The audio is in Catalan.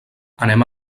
anem